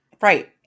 Right